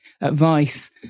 advice